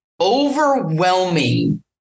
overwhelming